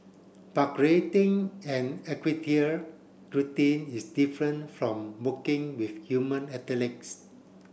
but creating an routine is different from working with human athletes